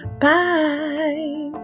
Bye